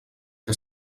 que